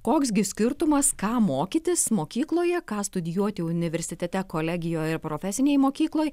koks gi skirtumas ką mokytis mokykloje ką studijuoti universitete kolegijoj ir profesinėj mokykloj